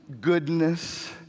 goodness